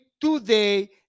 today